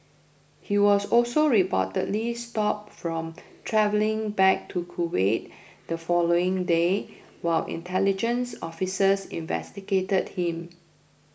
he was also reportedly stopped from travelling back to Kuwait the following day while intelligence officers investigated him